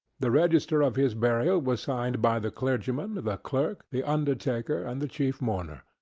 the register of his burial was signed by the clergyman, the clerk, the undertaker, and the chief mourner.